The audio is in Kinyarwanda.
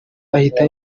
ahita